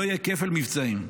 לא יהיה כפל מבצעים.